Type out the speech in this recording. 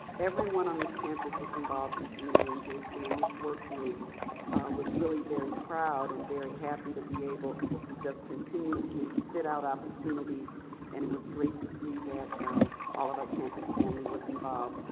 everyone on this campus is involved in community engagement and this work group was really very proud and very happy to be able to just continuously spit out opportunities and it was great to see that all of our campus family was involved.